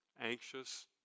anxious